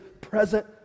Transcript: present